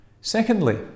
secondly